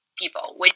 people